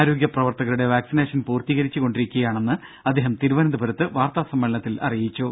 ആരോഗ്യ പ്രവർത്തകരുടെ വാക്സിനേഷൻ പൂർത്തീകരിച്ചുകൊണ്ടിരിക്കയാണെന്ന് അദ്ദേഹം തിരുവനന്തപുരത്ത് വാർത്താ സമ്മേളനത്തിൽ അറിയിച്ചു